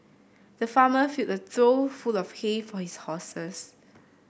the farmer filled a trough full of hay for his horses